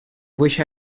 wish